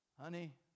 Honey